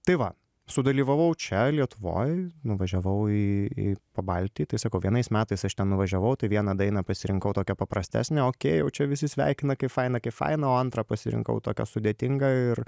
tai va sudalyvavau čia lietuvoj nuvažiavau į į pabaltijį tai sakau vienais metais aš ten nuvažiavau tai vieną dainą pasirinkau tokią paprastesnę okei jau čia visi sveikina kaip faina kaip faina o antrą pasirinkau tokią sudėtingą ir